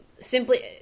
simply